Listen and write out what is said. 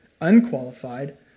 unqualified